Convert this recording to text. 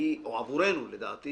או עבורנו לדעתי